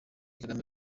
kagame